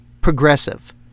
progressive